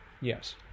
Yes